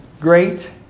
great